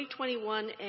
2021